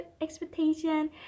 expectation